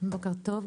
בוקר טוב.